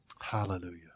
Hallelujah